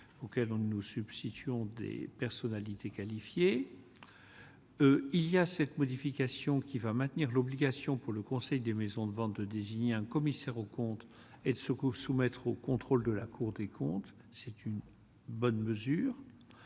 auxquels on ne nous substituons Des personnalités qualifiées, il y a cette modification qui va maintenir l'obligation pour le Conseil des maisons de ventes de désigner un commissaire aux comptes et de secours soumettre au contrôle de la Cour des comptes, c'est une bonne mesure